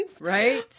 Right